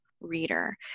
reader